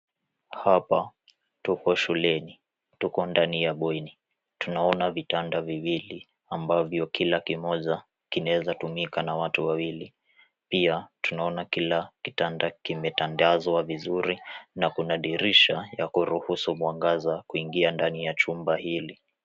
Hapa tuko shuleni. Tuko ndani ya bweni. tunaona vitanda viwili ambavyo kila kimoja kinaeza tumika na watu wawili. Pia tunaona kila kitanda kimetandazwa vizuri na kuna dirisha ya kuruhusu mwangaza kuingia ndani ya chumba hili.